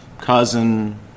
cousin